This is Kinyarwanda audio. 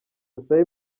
dusabe